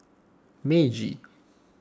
Meiji